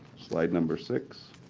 slide number six.